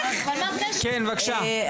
כן, בבקשה.